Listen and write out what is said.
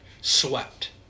swept